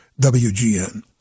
WGN